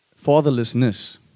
fatherlessness